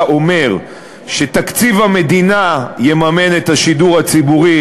אומר שתקציב המדינה יממן את השידור הציבורי,